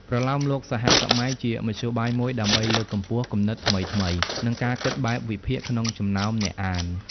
ប្រលោមលោកសហសម័យជាមធ្យោបាយមួយដើម្បីលើកកម្ពស់គំនិតថ្មីៗ និងការគិតបែបវិភាគក្នុងចំណោមអ្នកអាន។